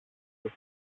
προς